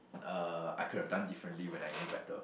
uh I could have done differently when I knew better